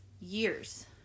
years-